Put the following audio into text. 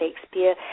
Shakespeare